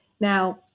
Now